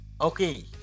Okay